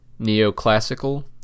neoclassical